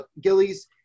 Gillies